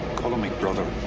calling me brother.